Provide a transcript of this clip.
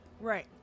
Right